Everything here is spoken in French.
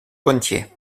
gontier